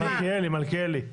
מלכיאלי.